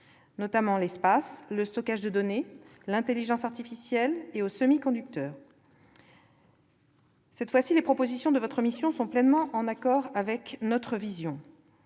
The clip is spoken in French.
notamment l'espace, le stockage de données, l'intelligence artificielle et les semi-conducteurs. Sur ce point, les propositions de votre mission sont pleinement en accord avec notre vision.